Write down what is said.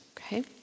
Okay